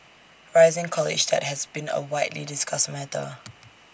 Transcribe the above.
rising college debt has been A widely discussed matter